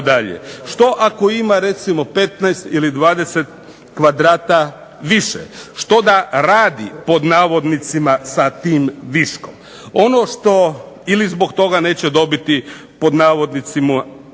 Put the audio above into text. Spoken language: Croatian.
Što ako ima recimo 15 ili 20 kvadrata više? Što da radi pod navodnicima sa tim viškom? Ono što ili zbog toga neće dobiti pod navodnicima